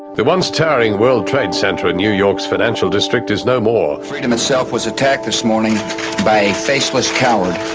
the once towering world trade centre in new york's financial district is no more. freedom itself was attacked this morning by a faceless coward.